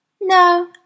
No